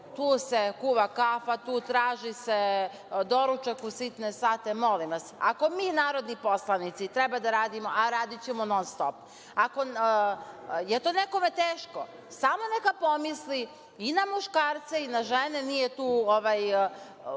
tu se kuva kafa, traži se doručak u sitne sate, itd. Molim vas, ako mi narodni poslanici treba da radimo, a radićemo non-stop, ako je to nekome teško, samo neka pomisli i na muškarce i na žene, nije tu